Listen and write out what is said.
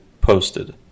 posted